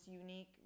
unique